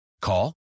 Call